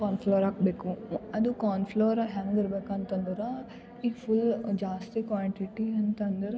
ಕಾನ್ flour ಹಾಕಬೇಕು ಅದು corn ಫ್ಲೋರೆ ಹೆಂಗಿರ್ಬೇಕು ಅಂತಂದ್ರೆ ಈಗ ಫುಲ್ ಜಾಸ್ತಿ ಕ್ವಾಂಟಿಟಿ ಅಂತಂದ್ರೆ